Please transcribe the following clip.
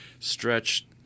stretch